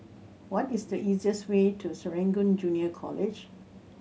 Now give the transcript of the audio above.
what is the easiest way to Serangoon Junior College